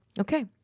Okay